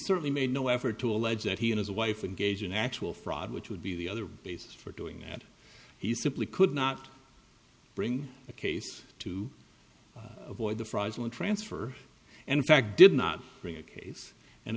certainly made no effort to allege that he and his wife and gage an actual fraud which would be the other basis for doing that he simply could not bring a case to avoid the fries on transfer and in fact did not bring a case and